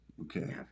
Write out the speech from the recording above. Okay